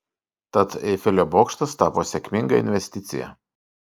tad eifelio bokštas tapo sėkminga investicija